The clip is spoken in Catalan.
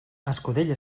escudella